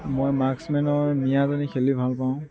মই মাক্স মেনৰ মিয়াদনি খেলি ভাল পাওঁ